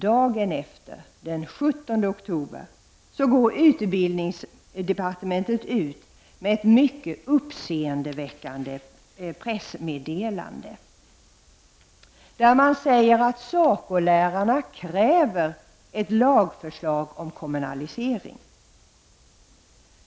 Dagen efter, den 17 oktober, går utbildningsdepartementet ut med ett mycket uppseendeväckande pressmeddelande, där man säger att SACO-lärarna kräver ett lagförslag om kommunalisering.